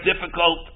difficult